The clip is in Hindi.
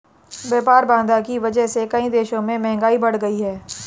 व्यापार बाधा की वजह से कई देशों में महंगाई बढ़ गयी है